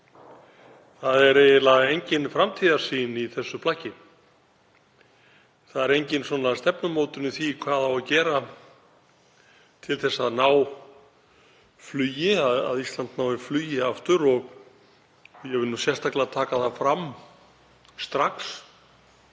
Það er eiginlega engin framtíðarsýn í þessu plaggi. Það er engin stefnumótun í því hvað á að gera til að ná flugi, að Ísland nái flugi aftur. Ég vil sérstaklega taka það fram strax,